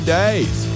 days